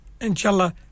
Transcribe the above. inshallah